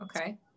Okay